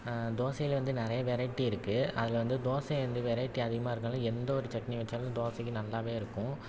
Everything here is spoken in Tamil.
தோசையில் வந்து நிறையா வெரைட்டி இருக்குது அதில் வந்து தோசை வந்து வெரைட்டி அதிகமாக இருக்கிறதுனால எந்த ஒரு சட்னி வச்சாலும் தோசைக்கு நல்லாவே இருக்கும்